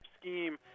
scheme